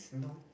no